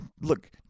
look